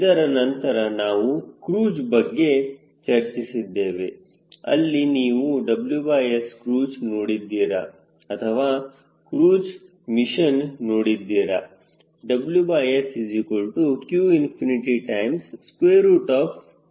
ಇದರ ನಂತರ ನಾವು ಕ್ರೂಜ್ ಬಗ್ಗೆ ಚರ್ಚಿಸಿದ್ದೇವೆ ಅಲ್ಲಿ ನೀವು WScruise ನೋಡಿದ್ದೀರಾ ಅಥವಾ ಕ್ರೂಜ್ ಮಿಷನ್ ನೋಡಿದ್ದೀರಾ